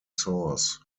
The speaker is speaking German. source